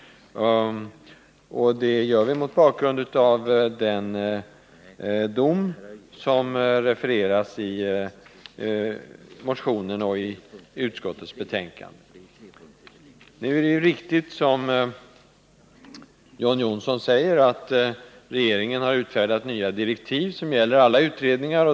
Detta gör vi mot bakgrund av den dom som refereras i motionen och i utskottsbetänkandet. Som John Johnsson sade, har regeringen utfärdat nya direktiv som gäller alla utredningar.